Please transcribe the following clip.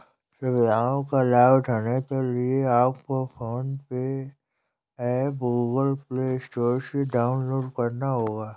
सुविधाओं का लाभ उठाने के लिए आपको PhonePe app Google Play Store से डाउनलोड करना होगा